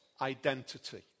identity